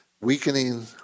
weakening